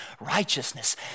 righteousness